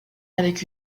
avec